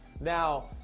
Now